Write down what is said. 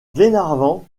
glenarvan